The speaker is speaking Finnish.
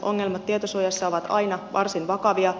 ongelmat tietosuojassa ovat aina varsin vakavia